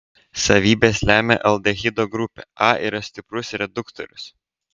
savybes lemia aldehido grupė a yra stiprus reduktorius